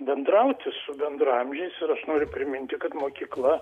bendrauti su bendraamžiais ir aš noriu priminti kad mokykla